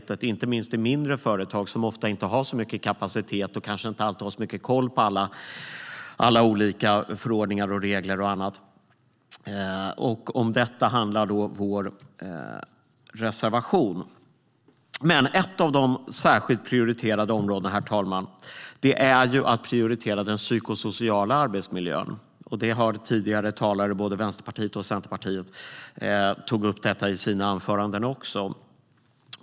Det gäller inte minst i mindre företag, som ofta inte har så mycket kapacitet och kanske inte alltid har så mycket koll på alla olika förordningar, regler och annat. Om detta handlar vår reservation. Herr talman! Ett av de särskilt prioriterade områdena är den psykosociala arbetsmiljön. Tidigare talare från både Vänsterpartiet och Centerpartiet tog också upp det i sina anföranden.